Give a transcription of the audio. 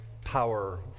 power